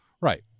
right